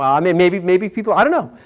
i mean maybe, maybe people, i don't know.